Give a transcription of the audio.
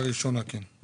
הראשונה, כן.